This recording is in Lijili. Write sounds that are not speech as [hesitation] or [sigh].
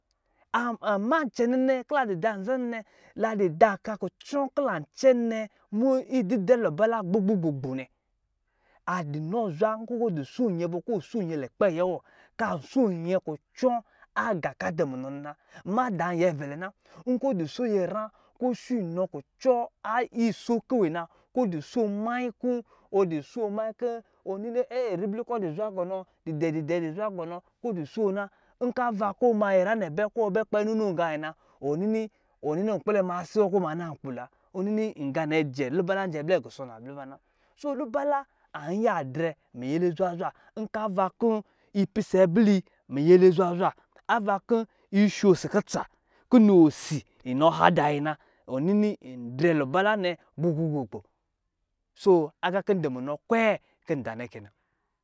Ama [hesitation] cɛnɛnɛ ka ladi da nzanɛ lada ɔka kucɔ kɔ lancɛnɛ ididrɛ luba lubala gbo gbo nɛ adu nɔ zwa nkɔ ɔdu so nyɛ kɔ so nyɛ lukpɛ yɛ wɔ kanso nyɛ kucɔ aga ka dum u nɔ nɛ na mada nyɛv slɛ na nkɔ du so nyɛr a nkɔ du [unintelligible] so mayi kɔ ribli kɔ adu zwa qɔnɔ nidɛ nidɛ du zwa qɔnɔ kɔ duso na nkava kɔ ma ra nɛ bɛ kɔ kpɛ nunɔ ganɛ na wɔ nini kpɛlɛ ma asi wɔ kpɛlɛ ma na nkpi lowa naa nɛ jɛ lubala ijɛblɛ gusɔ labli ba na lubala anyi ya drɛ zwazwa ava kɔ yipisɛ abli myyz ele zwazwa ava kɔ yi sho osi kutsa ku nɔ osi nɔ hada yi na ɔni ni yi drɛ lubala nɛ gbo gbo gbo gbo aga kɔ ndu mu nɔ kwɛ na kɛ na